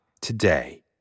today